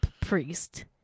priest